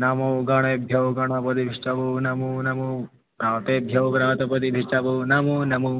नमो गणेभ्यो गणपतिभ्यश्च वो नमो नमो व्रातेभ्यो व्रातपतिभ्यश्च वो नमो नमो